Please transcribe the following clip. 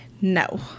No